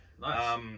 nice